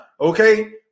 okay